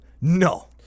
No